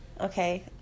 Okay